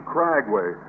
Cragway